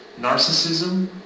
Narcissism